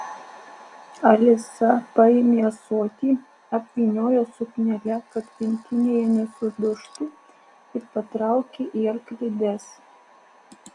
alisa paėmė ąsotį apvyniojo suknele kad pintinėje nesudužtų ir patraukė į arklides